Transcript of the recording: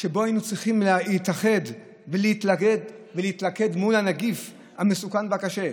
שבהם היינו צריכים להתאחד ולהתלכד מול הנגיף המסוכן והקשה,